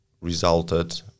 resulted